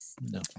no